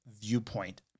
viewpoint